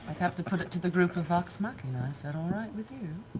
have to put it to the group of vox machina. is that all right with you?